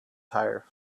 tire